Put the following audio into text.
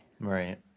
Right